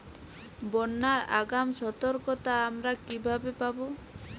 বন্যার আগাম সতর্কতা আমরা কিভাবে পাবো?